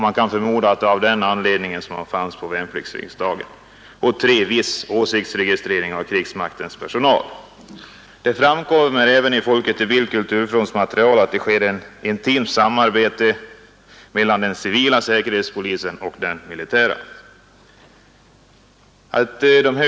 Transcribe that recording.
— Man kan förmoda att det var av den anledningen som personal från avdelningen fanns med på värnpliktsriksdagen. Det framkommer också av Folket i Bild-Kulturfronts material att det förekommer ett intimt samarbete mellan den civila säkerhetspolisen och den militära.